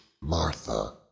Martha